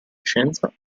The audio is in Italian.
scienza